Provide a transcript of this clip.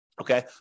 okay